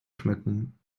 schmücken